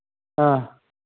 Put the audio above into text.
हाँ